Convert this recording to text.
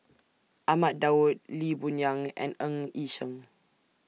Ahmad Daud Lee Boon Yang and Ng Yi Sheng